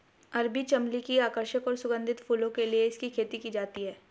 अरबी चमली की आकर्षक और सुगंधित फूलों के लिए इसकी खेती की जाती है